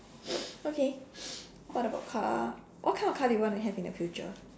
okay what about car what kind of car do you want to have in the future